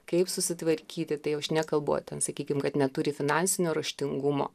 kaip susitvarkyti tai jau aš nekalbu ten sakykim kad neturi finansinio raštingumo